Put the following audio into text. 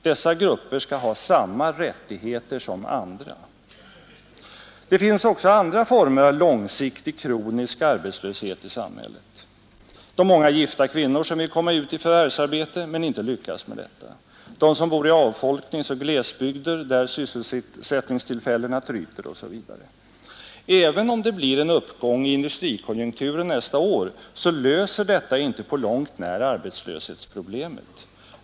Dessa grupper skall ha samma rättigheter som andra. Det finns också andra former av långsiktig kronisk arbetslöshet i samhället. De många gifta kvinnorna som vill komma ut i förvärvsarbete men inte lyckas med detta; de som bor i avfolkningsoch glesbygder, där sysselsättningstillfällena tryter, osv. Även om det blir en uppgång i industrikonjunkturen nästa år löser denna inte på långt när arbetslöshetsproblemet.